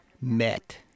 met